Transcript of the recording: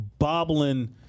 bobbling